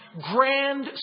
Grand